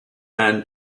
and